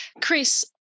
Chris